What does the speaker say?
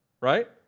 Right